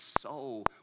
soul